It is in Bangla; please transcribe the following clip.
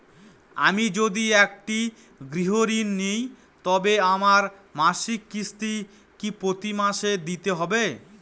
আমি যদি একটি গৃহঋণ নিই তবে আমার মাসিক কিস্তি কি প্রতি মাসে দিতে হবে?